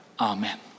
Amen